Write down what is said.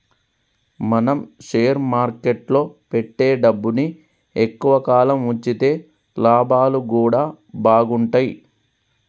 మనం షేర్ మార్కెట్టులో పెట్టే డబ్బుని ఎక్కువ కాలం వుంచితే లాభాలు గూడా బాగుంటయ్